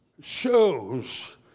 shows